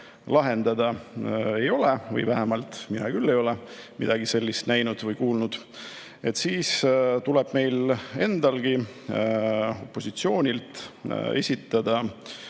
lahendada – vähemalt mina küll ei ole midagi sellist näinud või sellest kuulnud –, siis tuleb meil endal, opositsioonil, esitada